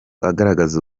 agaragaza